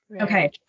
Okay